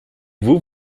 vous